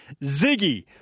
Ziggy